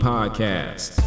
Podcast